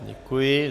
Děkuji.